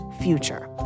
future